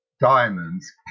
diamonds